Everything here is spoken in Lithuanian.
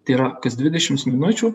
tai yra kas dvidešims minučių